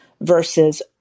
versus